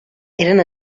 eren